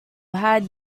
had